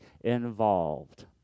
involved